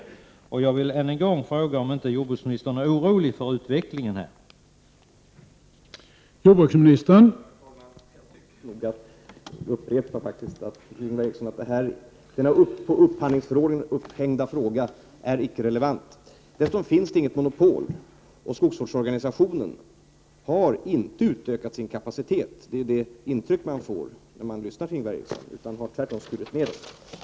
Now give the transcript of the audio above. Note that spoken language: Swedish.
Ännu en gång vill jag fråga om inte jordbruksministern är oroad över utvecklingen i det här sammanhanget.